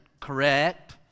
correct